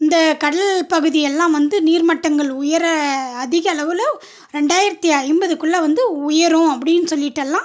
இந்த கடல் பகுதியெல்லாம் வந்து நீர்மட்டங்கள் உயர அதிக அளவில் ரெண்டாயிரத்தி ஐம்பதுக்குள்ளே வந்து உயரும் அப்படின்னு சொல்லிட்டெல்லாம்